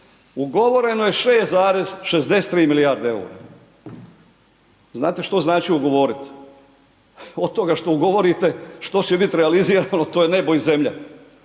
ugovoreno je 6,63 milijarde EUR-a. Znate što znači ugovorit? Od toga što ugovorite, što će bit realizirano, to je nebo i zemlja.